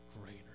greater